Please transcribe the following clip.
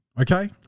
okay